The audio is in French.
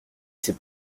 s’est